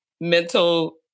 mental